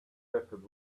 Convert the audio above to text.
peppered